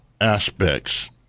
aspects